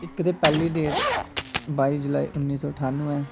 इक ते पैह्ली डेट बाई जुलाई उन्नी सौ ठानुऐ